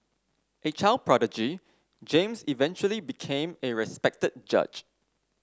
a child prodigy James eventually became a respected judge